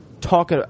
talk